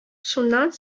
шуннан